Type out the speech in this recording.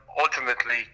ultimately